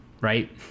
right